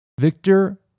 Victor